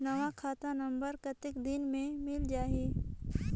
नवा खाता नंबर कतेक दिन मे मिल जाही?